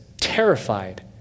terrified